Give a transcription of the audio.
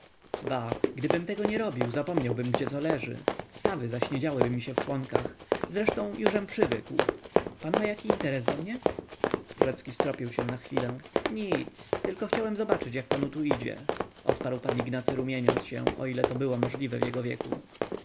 bah gdybym tego nie robił zapomniałbym gdzie co leży stawy zaśniedziałyby w członkach zresztą jużem przywykł pan ma jaki interes do mnie rzecki stropił się na chwilę nic tak chciałem zobaczyć jak panu tu idzie odpowiedział pan ignacy rumieniąc się o ile to było możliwe w jego wieku